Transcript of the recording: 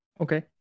Okay